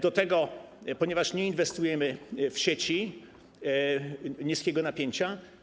Do tego, ponieważ nie inwestujemy w sieci niskiego napięcia.